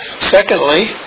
Secondly